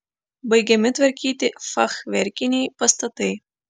baigiami tvarkyti fachverkiniai pastatai